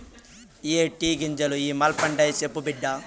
ఇయ్యే టీ గింజలు ఇ మల్పండాయి, సెప్పు బిడ్డా